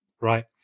right